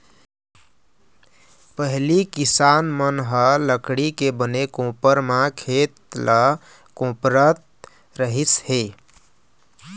पहिली किसान मन ह लकड़ी के बने कोपर म खेत ल कोपरत रहिस हे